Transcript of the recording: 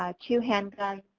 ah two hand guns,